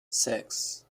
six